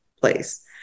place